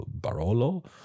Barolo